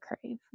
crave